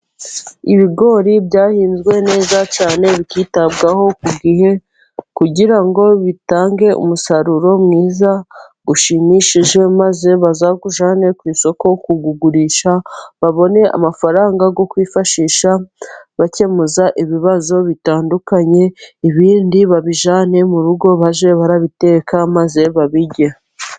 Ibigori byahinzwe neza cyane bikitabwaho ku gihe, kugira ngo bitange umusaruro mwiza ushimishije, maze bazawujyane ku isoko kuwugurisha, babone amafaranga yo kwifashisha bakemuza ibibazo bitandukanye, ibindi babijyane mu rugo bajye babiteka maze babirye.